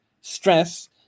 stress